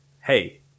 Hey